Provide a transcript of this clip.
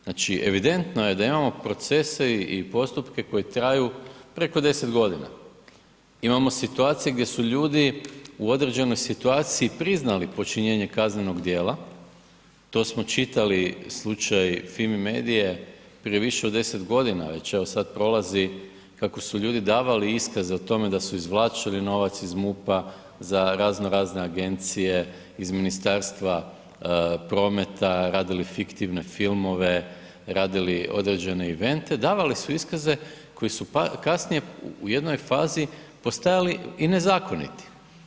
Znači evidentno je da imamo procese i postupke koji traju preko 10 g. Imamo situacije gdje su ljudi u određenoj situaciji priznali počinjenje kaznenog djela, to smo čitali slučaj Fimi medije prije više 10 g., već evo sad prolazi kako su ljudi davali iskaz o tome da su izvlačili novac iz MUP-a za raznorazne agencije, iz Ministarstva prometa radili fiktivne filmove, radili određene evente, davali su iskaze koji su kasnije u jednoj fazi postajali i nezakoniti.